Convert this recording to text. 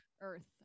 Earth